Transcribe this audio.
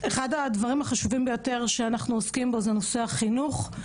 אחד הנושאים החשובים ביותר שאנחנו עוסקים בו זה מערכות החינוך.